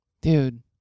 Dude